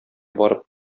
барып